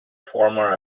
former